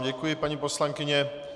Děkuji vám, paní poslankyně.